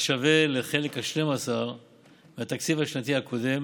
השווה לחלק ה-12 מהתקציב השנתי הקודם